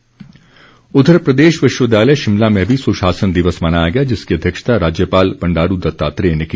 श्रद्वांजलि उधर प्रदेश विश्वविद्यालय शिमला में भी सुशासन दिवस मनाया गया जिसकी अध्यक्षता राज्यपाल बंडारू दत्तात्रेय ने की